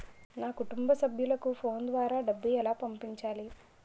నా కుటుంబ సభ్యులకు ఫోన్ ద్వారా డబ్బులు ఎలా పంపించాలి?